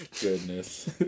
goodness